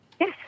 Yes